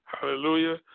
Hallelujah